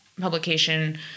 publication